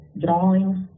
drawings